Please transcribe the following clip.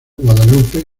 guadalupe